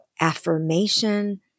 affirmation